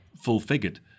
full-figured